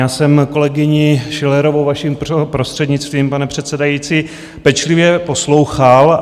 Já jsem kolegyni Schillerovou, vaším prostřednictvím, pane předsedající, pečlivě poslouchal.